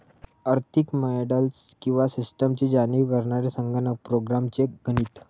आर्थिक मॉडेल्स किंवा सिस्टम्सची जाणीव करणारे संगणक प्रोग्राम्स चे गणित